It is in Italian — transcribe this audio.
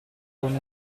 con